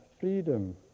freedom